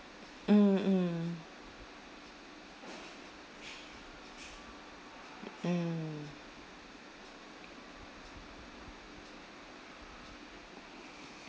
mm mm mm